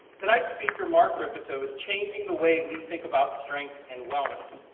tonights speaker, mark rippetoe, is changing the way we think about strength and wellness.